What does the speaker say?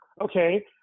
okay